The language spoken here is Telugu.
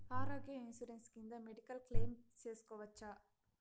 ఆరోగ్య ఇన్సూరెన్సు కింద మెడికల్ క్లెయిమ్ సేసుకోవచ్చా?